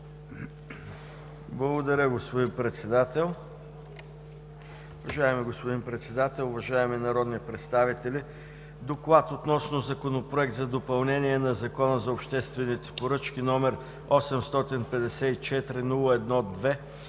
Благодаря Ви, господин Председател. Уважаеми господин Председател, уважаеми народни представители! „Доклад относно Законопроект за допълнение на Закона за обществените поръчки, № 854-01-2,